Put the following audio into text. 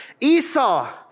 Esau